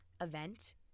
event